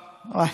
מוותר.